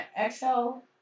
exhale